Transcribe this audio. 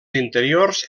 interiors